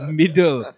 middle